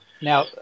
Now